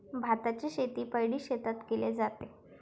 भाताची शेती पैडी शेतात केले जाते